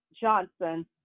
Johnson